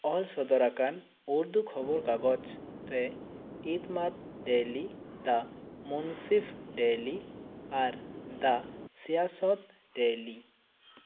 ᱚᱞ ᱥᱚᱫᱚᱨ ᱟᱠᱟᱱ ᱩᱨᱫᱩ ᱠᱷᱚᱵᱚᱨ ᱠᱟᱜᱚᱡᱽ ᱨᱮ Etemaad daily the Munsif daily ᱟᱨ ᱫᱟ ᱥᱤᱭᱟᱥᱚᱛ ᱰᱮᱭᱞᱤ